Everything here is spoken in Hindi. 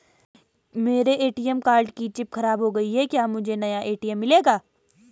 मेरे ए.टी.एम कार्ड की चिप खराब हो गयी है क्या मुझे नया ए.टी.एम मिलेगा?